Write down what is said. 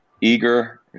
eager